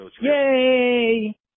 Yay